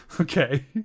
Okay